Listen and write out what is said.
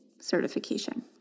certification